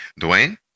Dwayne